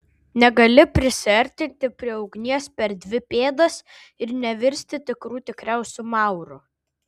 negali prisiartinti prie ugnies per dvi pėdas ir nevirsti tikrų tikriausiu mauru